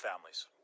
families